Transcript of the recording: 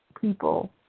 people